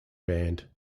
band